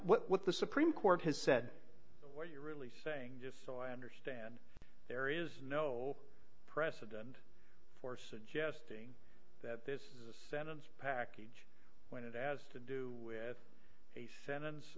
now what the supreme court has said what you're really saying just so i understand there is no precedent for suggesting that this is a sentence package when it has to do with a sentence